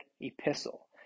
epistle